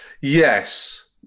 Yes